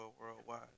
worldwide